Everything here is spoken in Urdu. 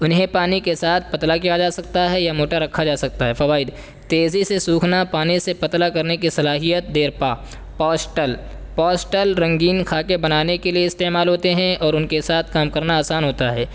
انہیں پانی کے ساتھ پتلا کیا جا سکتا ہے یا موٹا رکھا جا سکتا ہے فوائد تیزی سے سوکھنا پانی سے پتلا کرنے کی صلاحیت دیرپا پوسٹل پوسٹل رنگین خاکے بنانے کے لیے استعمال ہوتے ہیں اور ان کے ساتھ کام کرنا آسان ہوتا ہے